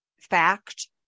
fact